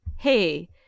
Hey